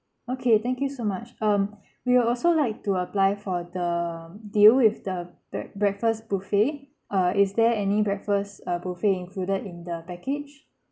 okay thank you so much um we will also like to apply for the deal with the bre~ breakfast buffet uh is there any breakfast uh buffet included in the package